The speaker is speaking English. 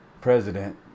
president